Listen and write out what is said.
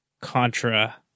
contra